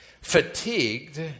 Fatigued